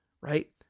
right